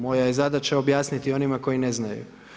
Moja je zadaća objasniti onima koji ne znaju.